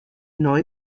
neu